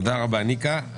תודה רבה ניקה.